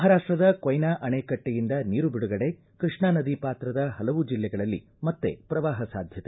ಮಹಾರಾಪ್ಲದ ಕೊಯ್ನಾ ಅಣೆಕಟ್ಟೆಯಿಂದ ನೀರು ಬಿಡುಗಡೆ ಕೃಷ್ಣಾ ನದಿ ಪಾತ್ರದ ಹಲವು ಜಿಲ್ಲೆಗಳಲ್ಲಿ ಮತ್ತೆ ಪ್ರವಾಹ ಸಾಧ್ಯತೆ